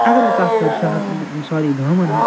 اَگر بہٕ کَتھ کَرٕ شہر سۄاری گامَن ہنٛز